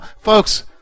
Folks